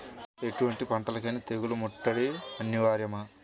ఎటువంటి పంటలకైన తెగులు ముట్టడి అనివార్యమా?